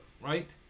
right